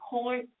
point